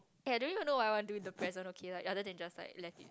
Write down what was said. eh I don't even know what I do in the present okay like other than just like let it